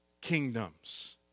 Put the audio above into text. kingdoms